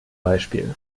beispiel